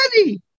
ready